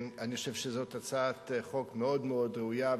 אני חושב שזאת הצעת חוק מאוד מאוד ראויה,